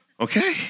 Okay